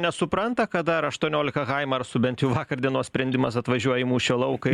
nesupranta kad dar aštuoniolika haimarsų bent jau vakar dienos sprendimas atvažiuoja į mūšio lauką